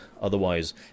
otherwise